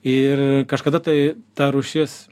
ir kažkada tai ta rūšis